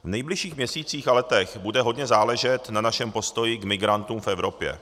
V nejbližších měsících a letech bude hodně záležet na našem postoji k migrantům v Evropě.